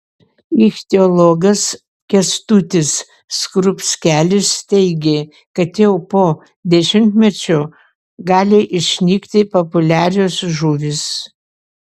ichtiologas kęstutis skrupskelis teigė kad jau po dešimtmečio gali išnykti populiarios žuvys